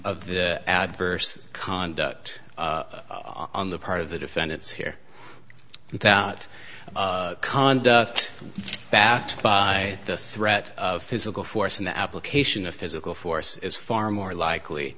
of the adverse conduct on the part of the defendants here without conduct backed by the threat of physical force and the application of physical force is far more likely